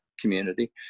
community